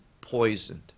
poisoned